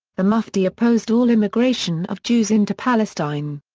the mufti opposed all immigration of jews into palestine.